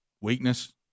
weakness